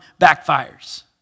backfires